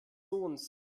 sohnes